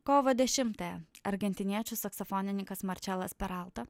kovo dešimtąją argentiniečių saksofonininkas marčelas peralto